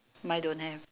mine don't have